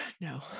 No